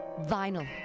vinyl